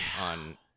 on